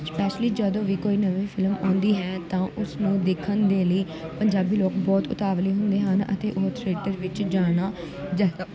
specially ਜਦੋਂ ਵੀ ਕੋਈ ਨਵੀਂ ਫਿਲਮ ਆਉਂਦੀ ਹੈ ਤਾਂ ਉਸ ਨੂੰ ਦੇਖਣ ਦੇ ਲਈ ਪੰਜਾਬੀ ਲੋਕ ਬਹੁਤ ਉਤਾਵਲੇ ਹੁੰਦੇ ਹਨ ਅਤੇ ਉਹ ਥੀਏਟਰ ਵਿੱਚ ਜਾਣਾ ਜ਼ਿਆਦਾ